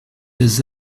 des